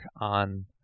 on